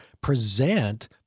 present